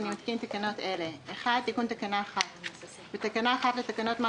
אני מתקין תקנות אלה: תיקון תקנה 11. בתקנה 1 לתקנות מס